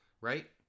Right